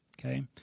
Okay